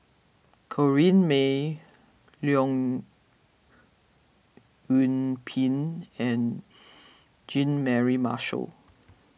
Corrinne May Leong Yoon Pin and Jean Mary Marshall